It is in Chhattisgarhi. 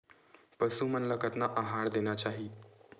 पशु मन ला कतना आहार देना चाही?